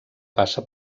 passa